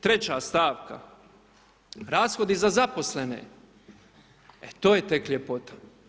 Treća stavka, rashodi za zaposlene, e to je tek ljepota.